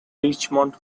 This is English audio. richmond